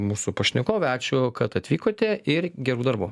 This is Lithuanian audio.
mūsų pašnekovė ačiū kad atvykote ir gerų darbų